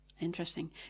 Interesting